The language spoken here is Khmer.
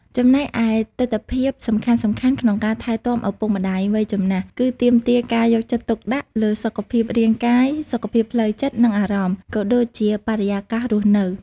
ចំណែកឯទិដ្ឋភាពសំខាន់ៗក្នុងការថែទាំឪពុកម្ដាយវ័យចំណាស់ គឺទាមទារការយកចិត្តទុកដាក់លើសុខភាពរាងកាយ សុខភាពផ្លូវចិត្ត និងអារម្មណ៍ ក៏ដូចជាបរិយាកាសរស់នៅ។